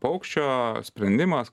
paukščio sprendimas